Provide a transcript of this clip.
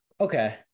okay